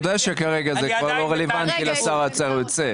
אתה יודע שכרגע זה כבר לא רלוונטי לשר היוצא.